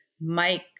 Mike